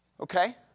Okay